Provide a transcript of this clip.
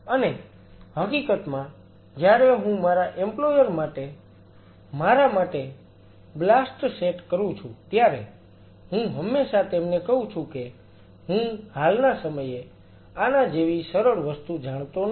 અને હકીકતમાં જ્યારે હું મારા એમ્પ્લોયર માટે મારા માટે BLAST સેટ કરું છું ત્યારે હું હંમેશા તેમને કહું છું કે હું હાલના સમયે આના જેવી સરળ વસ્તુ જાણતો નથી